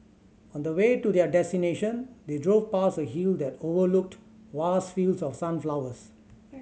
on the way to their destination they drove past a hill that overlooked vast fields of sunflowers